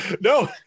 No